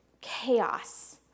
chaos